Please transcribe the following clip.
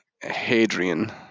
Hadrian